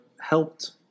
helped